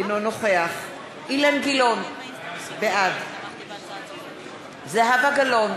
אינו נוכח אילן גילאון, בעד זהבה גלאון,